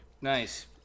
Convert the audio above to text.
Nice